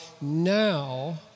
now